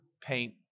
paint